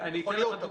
יכול להיות,